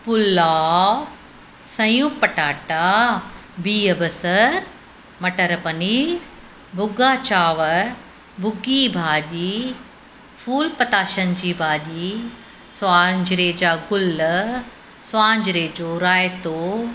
पुलाउ सयूं पटाटा बिह बसर मटर पनीर भुॻा चांवर भुॻी भाॼी फूलपताशन जी भाॼी स्वांजरे जा गुल स्वांजरे जो रायतो